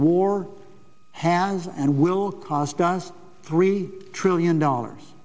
war has and will cost us three trillion dollars